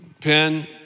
pen